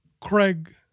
Craig